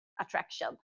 attraction